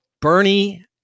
Bernie